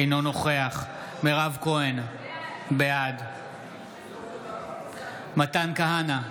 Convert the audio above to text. אינו נוכח מירב כהן, בעד מתן כהנא,